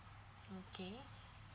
okay